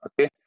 okay